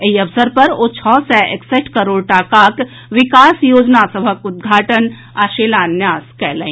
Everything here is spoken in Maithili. एहि अवसर पर ओ छओ सय एकसठि करोड़ टाकाक विकास योजना सभक उद्घाटन आ शिलान्यास कयलनि